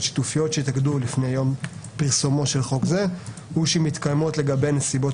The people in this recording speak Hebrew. שיתופיות שהתאגדו לפני יום פרסומו של חוק זה ושמתקיימות לגביהן נסיבות